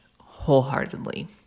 wholeheartedly